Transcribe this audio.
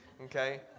okay